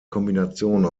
kombination